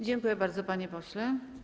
Dziękuję bardzo, panie pośle.